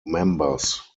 members